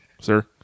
sir